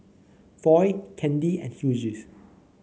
Foy Candi and Hughes